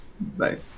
Bye